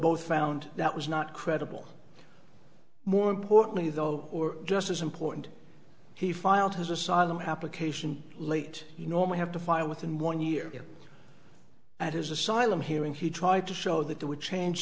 both found that was not credible more importantly though or just as important he filed his asylum application late you normally have to file within one year at his asylum hearing he tried to show that that would change